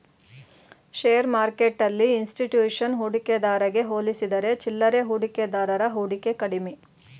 share ಮಾರ್ಕೆಟ್ಟೆಲ್ಲಿ institution ಹೂಡಿಕೆದಾರಗೆ ಹೋಲಿಸಿದರೆ ಚಿಲ್ಲರೆ ಹೂಡಿಕೆದಾರರ ಹೂಡಿಕೆ ಕಡಿಮೆ